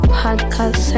podcast